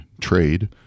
trade